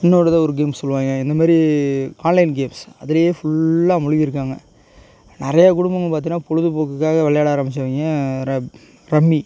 இன்னோரு தடவை ஒரு கேம்ஸ் சொல்லுவாங்க இந்தமாதிரி ஆன்லைன் கேம்ஸ் அதுலையே ஃபுல்லாக முழுவிருக்காங்க நிறையா குடும்பமும் பார்த்தினா பொழுதுபோக்குக்காக விளையாட ஆரமிச்சவய்ங்க ரப் ரம்மி